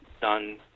done